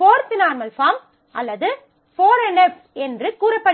4th normal form அல்லது 4 NF என்று கூறப்படுகிறது